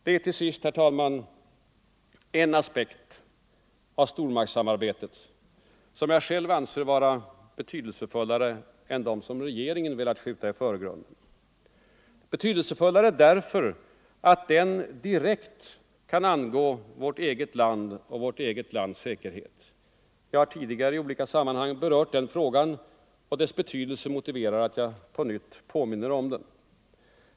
93 Det är, herr talman, en aspekt av stormaktssamarbetet som jag själv anser vara betydelsefullare än de aspekter som regeringen skjutit i förgrunden — betydelsefullare därför att den direkt angår vårt eget land och vårt eget lands säkerhet. Jag har tidigare i olika sammanhang berört den frågan, och dess betydelse motiverar att jag på nytt påminner om den.